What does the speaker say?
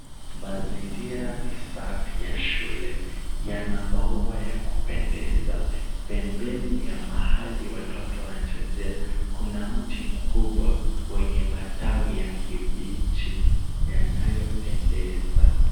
Mazingira ni safi ya shule. Yana maua ya kupendeza. Pembeni ya mahali watoto wanachezea kuna mti mkubwa wenye matawi ya kibichi yanayopendeza.